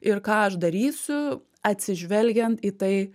ir ką aš darysiu atsižvelgiant į tai